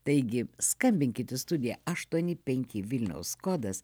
taigi skambinkit į studiją aštuoni penki vilniaus kodas